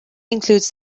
includes